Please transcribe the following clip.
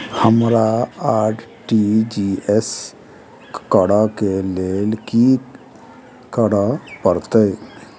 हमरा आर.टी.जी.एस करऽ केँ लेल की करऽ पड़तै?